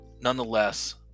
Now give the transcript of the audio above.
nonetheless